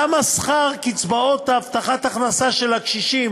למה שכר קצבאות הבטחת ההכנסה של הקשישים